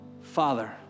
Father